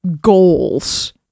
goals